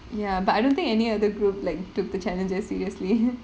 ya but I don't think any other group like took the challenges seriously